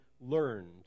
learned